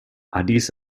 addis